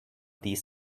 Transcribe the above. these